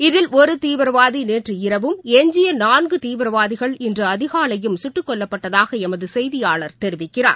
இதில் ஒருதீவிரவாதிநேற்று இரவும் எஞ்சியநான்குதீவிரவாதிகள் இன்றுஅதிகாலையும் சுட்டுக் கொல்லப்பட்டதாகளமதுசெய்தியாளர் தெரிவிக்கிறார்